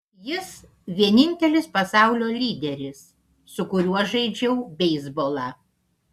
jis vienintelis pasaulio lyderis su kuriuo žaidžiau beisbolą